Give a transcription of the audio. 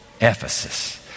Ephesus